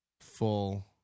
full